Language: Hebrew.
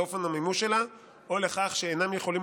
לאופן המימוש שלה או לכך שאינם יכולים